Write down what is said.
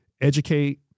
educate